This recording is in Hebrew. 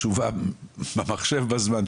תשובה במחשב בזמן,